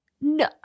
No